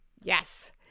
yes